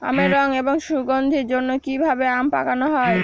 আমের রং এবং সুগন্ধির জন্য কি ভাবে আম পাকানো হয়?